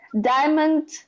diamond